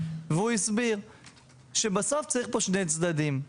והוא הסביר שבסוף צריך פה שני צדדים.